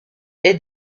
est